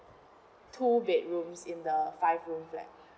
two bedrooms in the five room flat